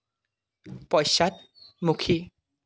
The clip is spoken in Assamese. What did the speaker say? পশ্চাদমুখী